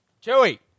Joey